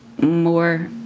more